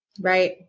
right